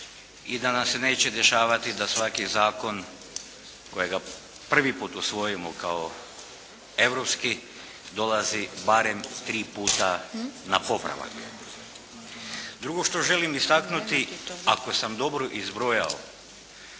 i da nam se neće dešavati da svaki zakon kojega prvi put usvojimo kao europski dolazi barem tri puta na popravak. Drugo što želim istaknuti, ako sam dobro izbrojao,